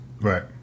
Right